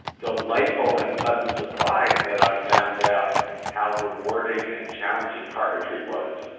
the life full and pleasant surprise that i found out how rewarding and challenging carpentry was.